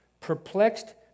perplexed